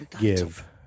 give